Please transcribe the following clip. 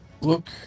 look